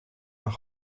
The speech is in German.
nach